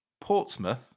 Portsmouth